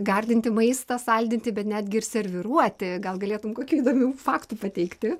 gardinti maistą saldinti bet netgi ir serviruoti gal galėtum kokių įdomių faktų pateikti